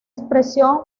expresión